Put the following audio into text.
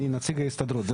אני נציג ההסתדרות,